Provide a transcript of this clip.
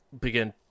begin